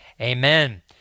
Amen